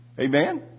Amen